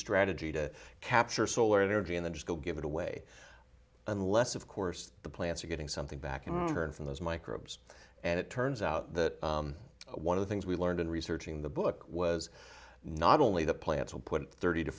strategy to capture solar energy and then just go give it away unless of course the plants are getting something back from those microbes and it turns out that one of the things we learned in researching the book was not only that plants will put thirty to